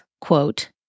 quote